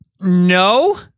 No